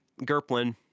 Gerplin